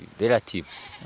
relatives